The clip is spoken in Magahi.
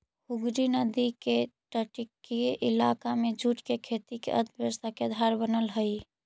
हुगली नदी के तटीय इलाका में जूट के खेती अर्थव्यवस्था के आधार बनऽ हई